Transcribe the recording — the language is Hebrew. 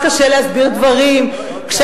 נכון?